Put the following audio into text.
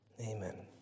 amen